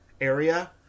area